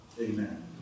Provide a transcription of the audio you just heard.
Amen